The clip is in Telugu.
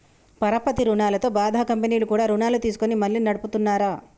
పరపతి రుణాలతో బాధ కంపెనీలు కూడా రుణాలు తీసుకొని మళ్లీ నడుపుతున్నార